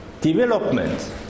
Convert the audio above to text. development